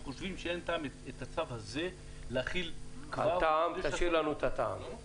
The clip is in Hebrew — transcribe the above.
אנחנו חושבים שאין טעם את הצו הזה להחיל --- תשאיר לנו את הטעם....